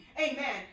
amen